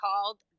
called